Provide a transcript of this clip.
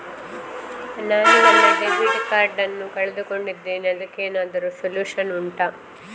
ನಾನು ನನ್ನ debit card ನ್ನು ಕಳ್ಕೊಂಡಿದ್ದೇನೆ ಅದಕ್ಕೇನಾದ್ರೂ ಸೊಲ್ಯೂಷನ್ ಉಂಟಾ